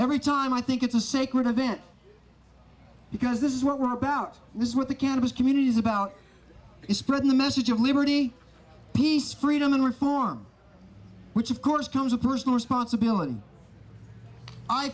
every time i think it's a sacred event because this is what we're about this is what the canvas communities about is spreading the message of liberty peace freedom and reform which of course comes with personal responsibility i